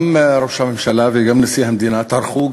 גם ראש הממשלה וגם נשיא המדינה טרחו,